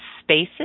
spaces